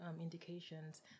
indications